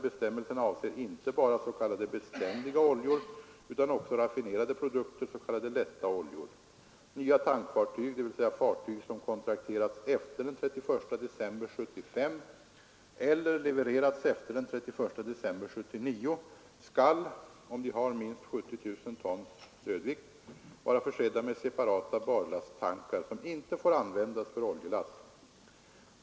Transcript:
Bestämmelserna avser inte bara s.k. beständiga oljor utan också raffinerade produkter, s.k. lätta oljor. Nya tankfartyg, dvs. fartyg som kontrakterats efter den 31 december 1975 eller levererats efter den 31 december 1979, skall, om de har minst 70 000 tons dödvikt, vara försedda med separata barlasttankar som inte får användas för oljelast.